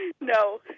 No